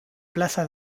plaza